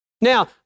Now